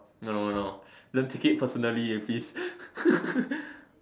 no no don't take it personally eh please